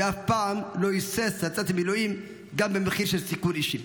ואף פעם לא היסס לצאת למילואים גם במחיר של סיכון אישי.